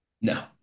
No